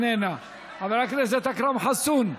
איננה, חבר הכנסת אכרם חסון,